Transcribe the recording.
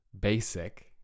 basic